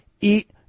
eat